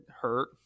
hurt